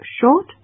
short